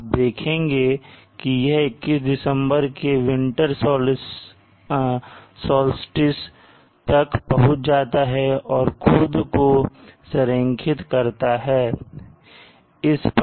आप देखेंगे कि यह 21 दिसंबर के विंटर सोल्स्टिस तक पहुंच जाता है और खुद को संरेखित करता है इस पर